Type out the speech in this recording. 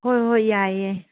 ꯍꯣꯏ ꯍꯣꯏ ꯌꯥꯏꯌꯦ